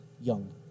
Young